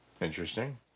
Interesting